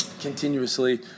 continuously